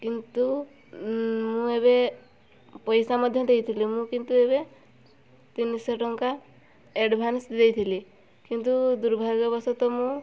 କିନ୍ତୁ ମୁଁ ଏବେ ପଇସା ମଧ୍ୟ ଦେଇଥିଲି ମୁଁ କିନ୍ତୁ ଏବେ ତିନିଶ ଟଙ୍କା ଏଡ଼ଭାନ୍ସ୍ ଦେଇଥିଲି କିନ୍ତୁ ଦୁର୍ଭାଗ୍ୟବଶତଃ ମୁଁ